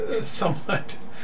somewhat